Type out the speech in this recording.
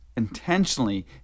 intentionally